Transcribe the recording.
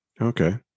Okay